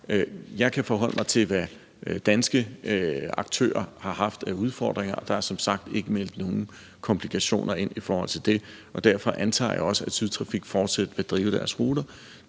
Jeg kan forholde mig til, hvad danske aktører har haft af udfordringer, og der er som sagt ikke meldt nogen komplikationer ind i forhold til det, og derfor antager jeg også, at Sydtrafik fortsat vil drive deres rute.